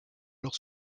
alors